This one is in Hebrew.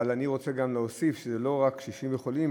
אבל אני רוצה להוסיף שזה לא רק קשישים וחולים,